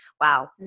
wow